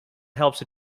helps